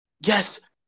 Yes